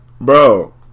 Bro